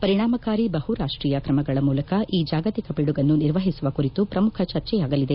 ಪರಿಣಾಮಕಾರಿ ಬಹುರಾಷ್ಷೀಯ ಕ್ರಮಗಳ ಮೂಲಕ ಈ ಜಾಗತಿಕ ಪಿಡುಗನ್ನು ನಿರ್ವಹಿಸುವ ಕುರಿತು ಶ್ರಮುಖ ಚರ್ಚೆಯಾಗಲಿದೆ